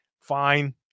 Fine